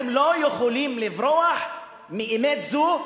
אתם לא יכולים לברוח מאמת זו,